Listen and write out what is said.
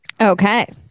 Okay